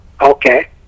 Okay